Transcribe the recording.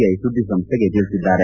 I ಸುದ್ದಿ ಸಂಸ್ಥೆಗೆ ತಿಳಿಸಿದ್ದಾರೆ